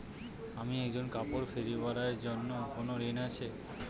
আমি একজন কাপড় ফেরীওয়ালা এর জন্য কোনো ঋণ আছে?